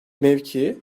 mevki